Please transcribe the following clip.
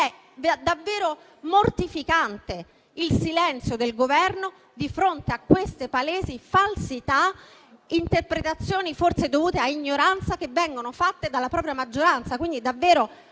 È davvero mortificante il silenzio del Governo di fronte a queste palesi falsità, interpretazioni forse dovute a ignoranza, che vengono fatte dalla propria maggioranza.